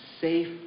safe